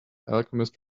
alchemist